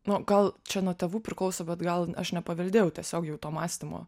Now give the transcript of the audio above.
no gal čia nuo tėvų priklauso bet gal aš nepaveldėjau tiesiog jau to mąstymo